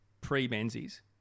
pre-Menzies